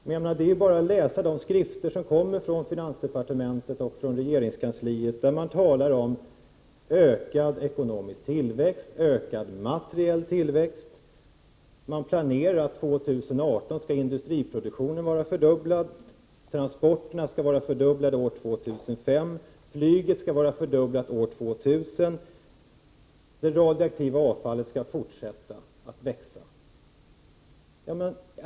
Men då kan man läsa de skrifter som kommer från finansdepartementet och regeringskansliet, där det talas om ökad ekonomisk tillväxt och ökad materiell tillväxt. Det finns planer på att industriproduktionen skall vara fördubblad år 2018, transporterna fördubblade år 2005 och flyget fördubblat år 2000. Det radioaktiva avfallet skall fortsätta att växa.